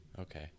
Okay